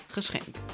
Geschenk